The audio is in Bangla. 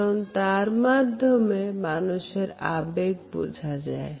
কারণ তার মাধ্যমে মানুষের আবেগ বোঝা যায়